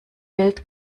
welt